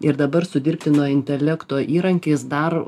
ir dabar su dirbtino intelekto įrankiais dar